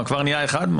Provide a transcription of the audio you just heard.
כבר נהיה אחד?